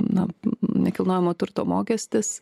na nekilnojamojo turto mokestis